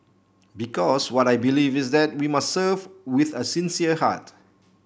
because what I believe is that we must serve with a sincere heart